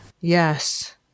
Yes